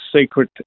secret